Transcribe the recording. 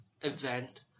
event